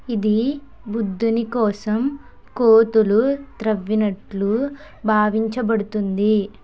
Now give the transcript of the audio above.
ఇది బుద్ధుని కోసం కోతులు త్రవ్వినట్లు భావించబడుతుంది